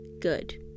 good